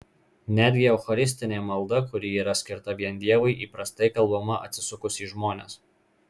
netgi eucharistinė malda kuri yra skirta vien dievui įprastai kalbama atsisukus į žmones